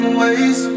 ways